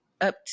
Up